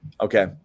Okay